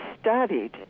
studied